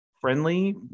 friendly